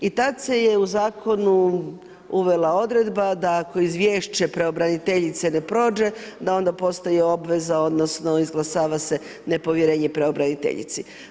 I tad se je u zakonu uvela odredba da ako izvješće pravobraniteljice ne prođe, da onda postaje obveza odnosno izglasava se nepovjerenje pravobraniteljici.